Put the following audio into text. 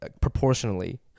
proportionally